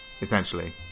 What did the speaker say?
essentially